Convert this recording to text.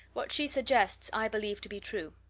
what she suggests i believe to be true.